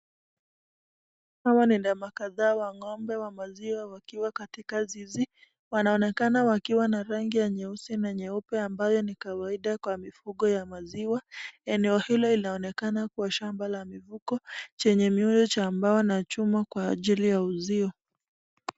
Hawa ni ndama kadhaa wa ngo'ombe wa maziwa wakiwa katika zizi, wanaonekana wakiwa na rangi ya nyeusi na nyeupe ambayo ni kawaida kwa mifugo ya maziwa, eneo hilo inaonekana kuwa shamba la mifugo jenye miwe cha chuma na mbao kwa ajili ya maziwa.